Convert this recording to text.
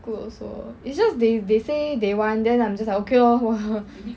good also is just they they say they want then I'm just like okay lor